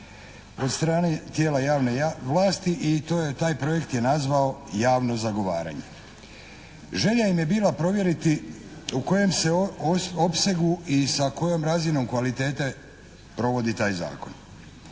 od strane tijela javne vlasti i taj projekt je nazvao javno zagovaranje. Želja im je bila provjeriti u kojem se opsegu i sa kojom razinom kvalitete provodi taj zakon.